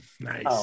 nice